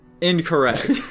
Incorrect